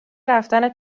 رفتنش